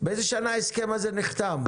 באיזו שנה ההסכם הזה נחתם?